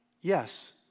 Yes